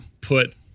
put